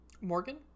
Morgan